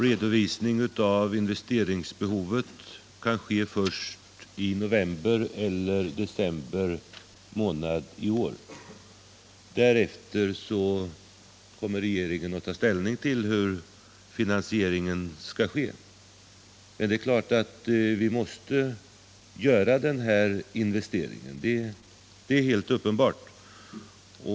Redovisning av investeringsbehovet kan ske först i november eller december månad i år. Därefter kommer regeringen att ta ställning till hur finansieringen skall ske. Att vi måste göra den här investeringen är dock helt uppenbart.